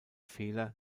fehler